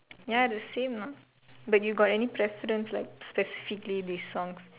ya the same what but you got any preference like specifically these songs